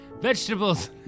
Vegetables